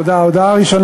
והרווחה.